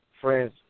friends